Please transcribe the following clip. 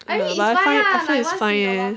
but I find I find it's fine eh